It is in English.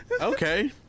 Okay